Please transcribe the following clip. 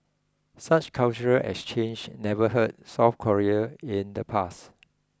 such cultural exchanges never hurt South Korea in the past